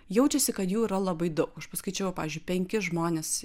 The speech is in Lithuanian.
jaučiasi kad jų yra labai daug aš paskaičiavau pavyzdžiui penki žmonės